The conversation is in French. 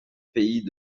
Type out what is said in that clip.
pays